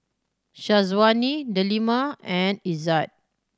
Syazwani Delima and Izzat